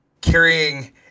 carrying